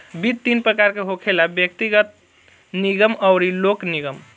वित्त तीन प्रकार के होखेला व्यग्तिगत, निगम अउरी लोक निगम